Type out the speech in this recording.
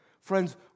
Friends